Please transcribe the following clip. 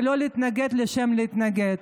לא להתנגד לשם התנגדות.